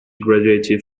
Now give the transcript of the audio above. graduated